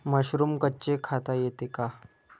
Mushroom कच्चे खाता येते का?